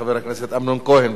חבר הכנסת אמנון כהן.